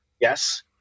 Yes